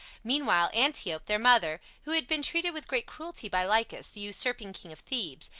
meanwhile antiope, their mother, who had been treated with great cruelty by lycus, the usurping king of thebes,